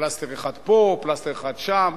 פלסטר אחד פה, פלסטר אחד שם.